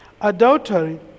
adultery